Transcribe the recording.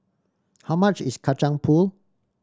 how much is Kacang Pool